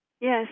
Yes